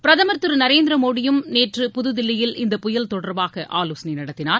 பிரதமர் திரு நரேந்திர மோடியும் நேற்று புதுதில்லியில் இந்த புயல் தொடர்பாக ஆலோசனை நடத்தினார்